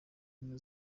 ubumwe